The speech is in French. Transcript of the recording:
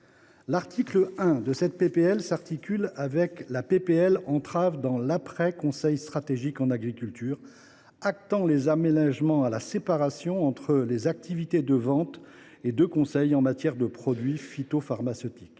l’exercice du métier d’agriculteur dans « l’après » conseil stratégique en agriculture, actant les aménagements à la séparation entre les activités de vente et de conseil en matière de produits phytopharmaceutiques.